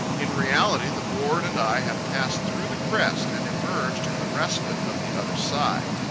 in reality the board and i have passed through the crest and emerged in the respite of the other side.